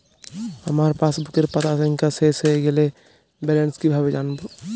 আমার পাসবুকের পাতা সংখ্যা শেষ হয়ে গেলে ব্যালেন্স কীভাবে জানব?